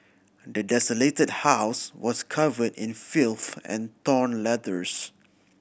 the desolated house was covered in filth and torn letters